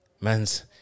Man's